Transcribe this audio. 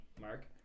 mark